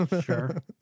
Sure